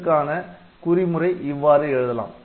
P1 க்கான குறிமுறை இவ்வாறு எழுதலாம்